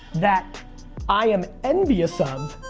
that i am envious of.